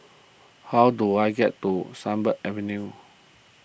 how do I get to Sunbird Avenue